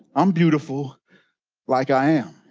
i'm beautiful like i am.